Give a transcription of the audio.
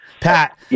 Pat